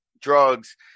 drugs